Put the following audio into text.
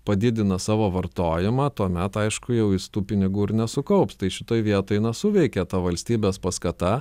padidina savo vartojimą tuomet aišku jau jis tų pinigų ir nesukaups tai šitoj vietoj na suveikia ta valstybės paskata